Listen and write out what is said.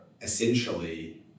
essentially